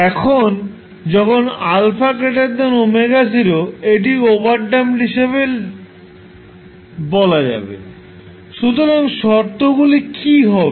এখন যখন α ω0 এটিকে ওভারড্যাম্পড হিসাবে বলা যাবে সুতরাং শর্তগুলি কী হবে